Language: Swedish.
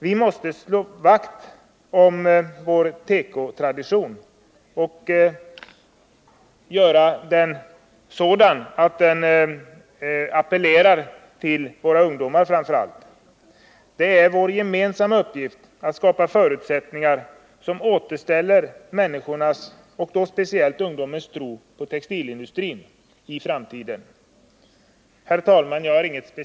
Vi måste slå vakt om vår tekotradition och göra industrin sådan att den appellerar till framför allt våra ungdomar. Vår gemensamma uppgift är att skapa förutsättningar för att återställa människors, och då speciellt ungdomens, tro på en textilindustri i framtiden. Herr talman! Jag har inte något yrkande.